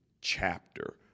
chapter